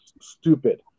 stupid